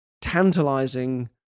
tantalizing